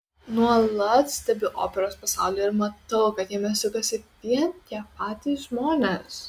nuolat stebiu operos pasaulį ir matau kad jame sukasi vien tie patys žmonės